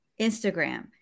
Instagram